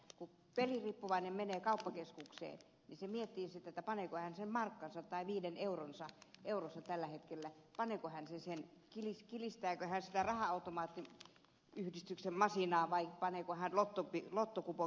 kun peliriippuvainen menee kauppakeskukseen niin hän miettii mihin hän panee sen markkansa tai viisieurosensa euronsa tällä hetkellä kilistääkö hän sitä raha automaattiyhdistyksen masiinaa vai paneeko hän lottokupongin vetämään